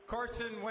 Carson